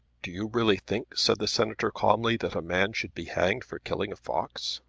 do you really think, said the senator calmly, that a man should be hanged for killing a fox?